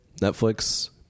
Netflix